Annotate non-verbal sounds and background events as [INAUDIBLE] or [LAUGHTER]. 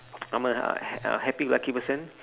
I'm a uh [BREATH] a happy go lucky person